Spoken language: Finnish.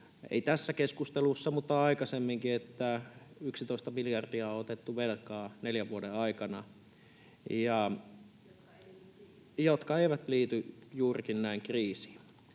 ei tässä keskustelussa mutta aikaisemmin, että 11 miljardia on otettu velkaa neljän vuoden aikana [Sofia Vikman: Jotka eivät liity kriiseihin!]